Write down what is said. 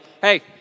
hey